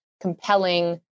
compelling